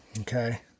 Okay